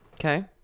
Okay